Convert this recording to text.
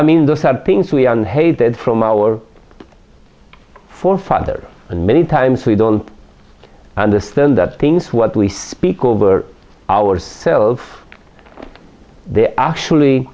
i mean those are things we are not hated from our forefathers and many times we don't understand that things what we speak over ourself they actually